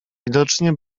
widocznie